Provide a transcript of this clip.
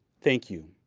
thank you.